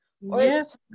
yes